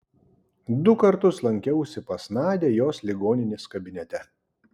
du kartus lankiausi pas nadią jos ligoninės kabinete